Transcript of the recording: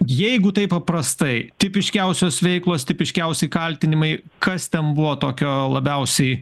jeigu taip paprastai tipiškiausios veiklos tipiškiausi kaltinimai kas ten buvo tokio labiausiai